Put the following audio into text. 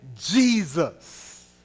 Jesus